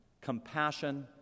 compassion